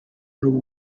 n’ubu